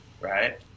Right